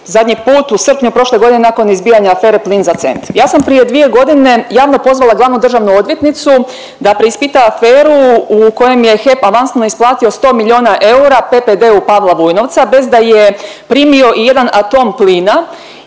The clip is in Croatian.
zadnji put u srpnju prošle godine nakon izbijanja afere Plin za cent. Ja sam prije dvije godine javno pozvala glavni državnu odvjetnicu da preispita aferu u kojem je HEP avansno isplatio 100 milijuna eura PPD-u Pavla Vujnovca bez da je primio ijedan atom plina